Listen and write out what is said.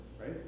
right